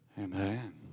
Amen